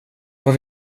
vad